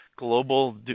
Global